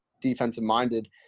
defensive-minded